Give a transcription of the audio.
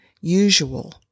usual